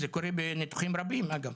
זה קורה בניתוחים רבים, אגב.